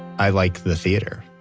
i like the theater.